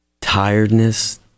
tiredness